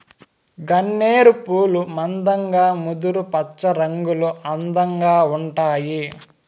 గన్నేరు పూలు మందంగా ముదురు పచ్చరంగులో అందంగా ఉంటాయి